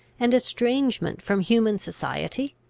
and estrangement from human society?